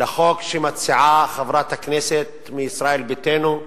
לחוק שמציעה חברת הכנסת מישראל ביתנו.